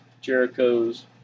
Jericho's